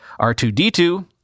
R2D2